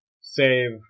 save